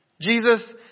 Jesus